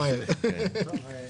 הצבעה בעד,